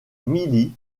milly